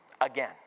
again